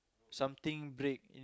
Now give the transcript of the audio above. something break